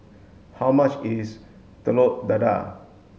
how much is Telur Dadah